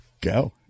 Go